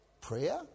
Prayer